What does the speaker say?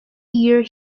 year